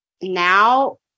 now